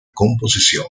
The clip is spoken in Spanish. composición